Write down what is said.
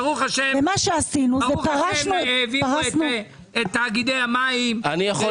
ברוך השם, העבירו את תאגידי המים ואפשר